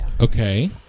Okay